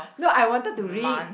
no I wanted to read